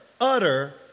utter